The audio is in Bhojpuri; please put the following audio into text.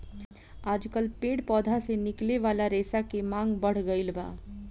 आजकल पेड़ पौधा से निकले वाला रेशा के मांग बढ़ गईल बा